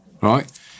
right